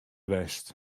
west